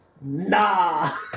Nah